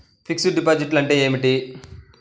Fixed డిపాజిట్లు అంటే ఏమిటి?